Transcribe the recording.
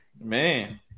Man